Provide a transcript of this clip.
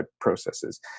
processes